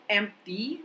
empty